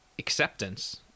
acceptance